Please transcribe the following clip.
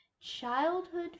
childhood